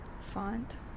font